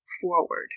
forward